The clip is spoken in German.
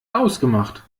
ausgemacht